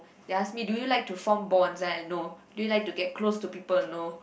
they ask me do you like to form bonds then i no do you like to get close to people no